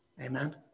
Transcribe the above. Amen